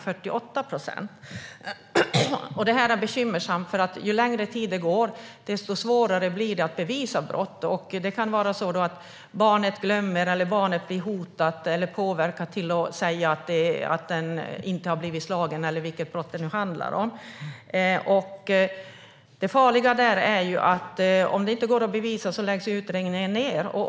Det här är bekymmersamt, därför att ju längre tid som går, desto svårare blir det att bevisa brott. Barnet kan glömma, bli hotat eller påverkas till att säga att det inte blivit slaget, eller vilket brott det nu handlar om. Det farliga är att om det inte går att bevisa läggs utredningen ned.